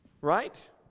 right